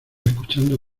escuchando